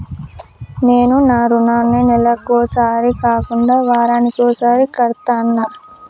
నేను నా రుణాన్ని నెలకొకసారి కాకుండా వారానికోసారి కడ్తన్నా